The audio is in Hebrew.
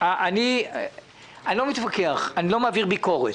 אני לא מתווכח, אני לא מעביר ביקורת.